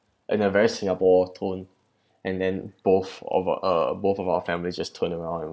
and a very singapore tone and then both of uh both of our families just turn around and